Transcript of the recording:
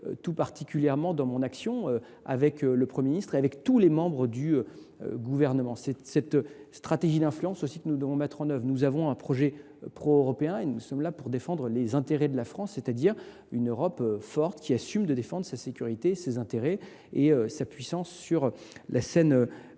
tout particulièrement dans mon action, avec le Premier ministre et tous les membres du Gouvernement. Cette stratégie d’influence doit être mise en œuvre. Nous avons un projet pro européen : nous sommes là pour défendre les intérêts de la France, c’est à dire une Europe forte qui assume de défendre sa sécurité, ses intérêts et sa puissance sur la scène internationale.